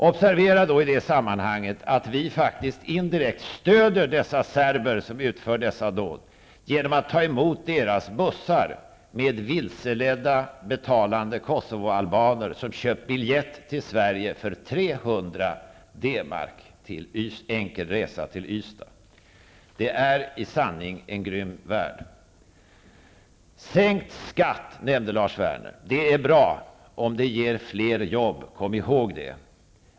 Observera i detta sammanhang att vi faktiskt indirekt stöder de serber som utför dessa dåd genom att ta emot deras bussar med vilseledda betalande kosovoalbaner, som köpt biljett till Ystad. Det är i sanning en grym värld. Lars Werner nämnde sänkt skatt. Det är bra, eftersom det ger fler jobb. Kom ihåg det.